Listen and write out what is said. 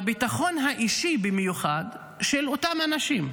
הביטחון האישי, במיוחד של אותם אנשים.